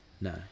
No